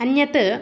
अन्यत्